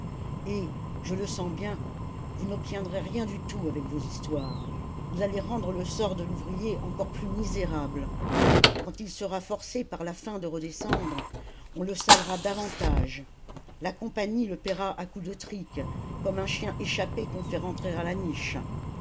et je le sens bien vous n'obtiendrez rien du tout avec vos histoires vous allez rendre le sort de l'ouvrier encore plus misérable quand il sera forcé par la faim de redescendre on le salera davantage la compagnie le paiera à coups de trique comme un chien échappé qu'on fait rentrer à la niche